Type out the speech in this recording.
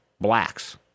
blacks